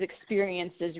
experiences